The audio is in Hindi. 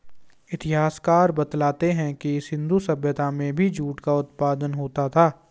इतिहासकार बतलाते हैं कि सिन्धु सभ्यता में भी जूट का उत्पादन होता था